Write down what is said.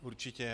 Určitě.